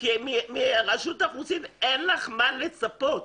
כי מרשות האוכלוסין אין לך מה לצפות.